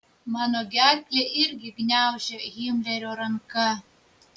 mano gerklę irgi gniaužia himlerio ranka